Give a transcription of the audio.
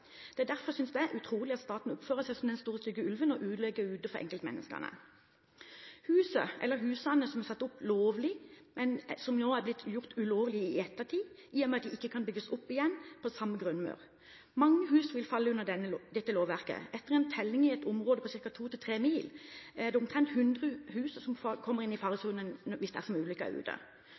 Det er derfor utrolig, synes jeg, at staten oppfører seg som den store stygge ulven og ødelegger for enkeltmenneskene der ute. Huset, eller husene, er satt opp lovlig, men har i ettertid blitt gjort ulovlige, i og med at de ikke kan bygges opp igjen på samme grunnmur. Mange hus vil falle inn under dette lovverket. Etter en telling i et område på ca. to–tre mil, er det omtrent 100 hus som kommer i faresonen